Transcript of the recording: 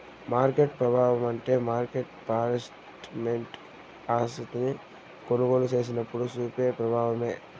market పెబావమంటే market participant ఆస్తిని కొనుగోలు సేసినప్పుడు సూపే ప్రబావమే